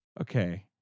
okay